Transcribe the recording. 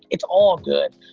it's all good.